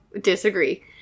disagree